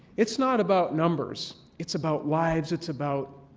it's not about numbers. it's about lives. it's about